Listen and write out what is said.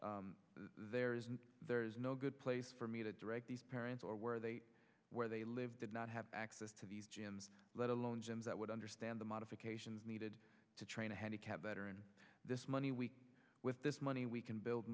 there is there is no good place for me to direct these parents or where they where they live did not have access to these let alone gyms that would understand the modifications needed to train a handicapped veteran this money we with this money we can build